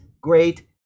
great